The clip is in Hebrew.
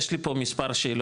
יש לי פה מספר שאלות,